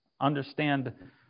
Understand